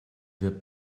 der